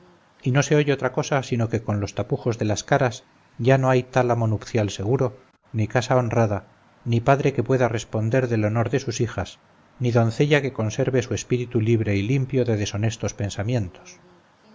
y no se oye otra cosa sino que con los tapujos de las caras ya no hay tálamo nupcial seguro ni casa honrada ni padre que pueda responder del honor de sus hijas ni doncella que conserve su espíritu libre y limpio de deshonestos pensamientos